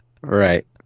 Right